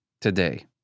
today